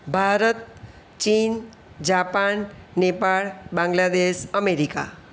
ભારત ચીન Japan Nepal Bangladesh America